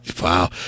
Wow